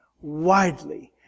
widely